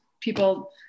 people